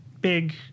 big